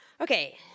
Okay